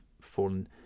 fallen